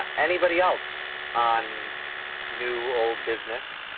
ah anybody else on new old business.